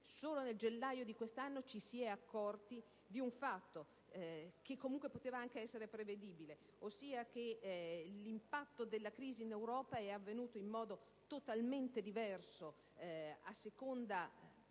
Solo nel gennaio di questo anno ci si è accorti di un fatto che poteva essere prevedibile, ossia che l'impatto della crisi in Europa è avvenuto in modo totalmente diverso a seconda